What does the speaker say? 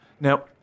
Now